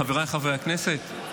חבריי חברי הכנסת,